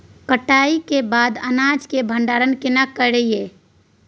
कटाई के बाद अनाज के भंडारण केना करियै?